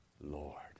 Lord